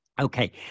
Okay